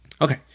Okay